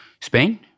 Spain